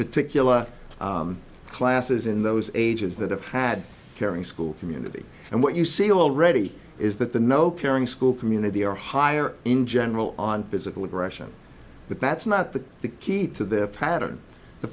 particular classes in those ages that have had caring school community and what you see already is that the no caring school community are higher in general on physical aggression but that's not the key to the pattern the